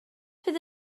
fydd